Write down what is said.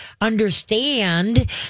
understand